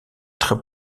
très